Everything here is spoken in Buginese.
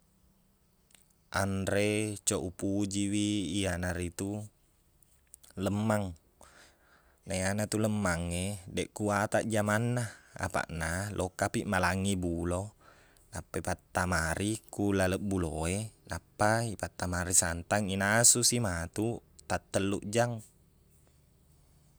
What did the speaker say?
Anre coq upujiwi, iyanaritu lemmang. Naiyana tu lemmangnge, dekkuwatang jamanna. Apaqna, lokkapi malang i bulo, nappa ipattamari ku laleng bulo e, nappa ipattamari santang, inasusi matuq taqtellu jang.